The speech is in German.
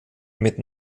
mit